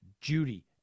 Judy